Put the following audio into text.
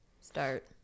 start